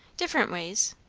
different ways.